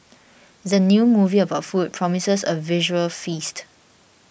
the new movie about food promises a visual feast